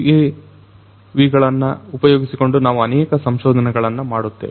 UAV ಗಳನ್ನು ಉಪಯೋಗಿಸಿಕೊಂಡು ನಾವು ಅನೇಕ ಸಂಶೋಧನೆಗಳನ್ನು ಮಾಡುತ್ತೇವೆ